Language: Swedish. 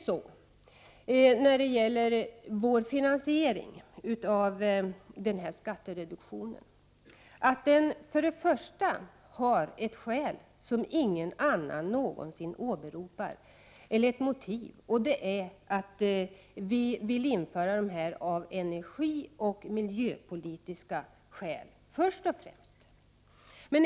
| Vårt finansieringsförslag för skattereduktionen har ett motiv som ingen nnan någonsin åberopar, och det är att vi vill genomföra skattereduktionen först och främst av energioch miljöpolitiska skäl.